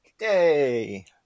Yay